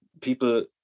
people